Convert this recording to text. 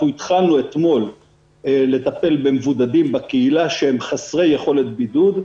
אנחנו התחלנו אתמול לטפל במבודדים בקהילה שהם חסרי יכולת בידוד.